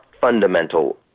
fundamental